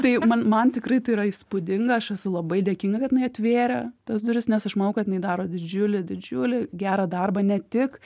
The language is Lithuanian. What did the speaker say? tai man man tikrai tai yra įspūdinga aš esu labai dėkinga kad jinai atvėrė tas duris nes aš manau kad jinai daro didžiulį didžiulį gerą darbą ne tik